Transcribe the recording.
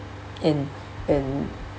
in in